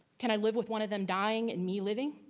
can i live with one of them dying and me living?